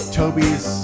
toby's